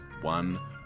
one